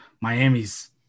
Miami's